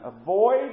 Avoid